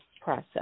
process